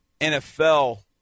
NFL